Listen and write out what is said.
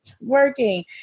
working